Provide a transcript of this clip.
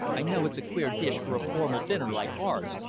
i know it's a queer dish for a formal dinner like ours,